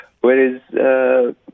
whereas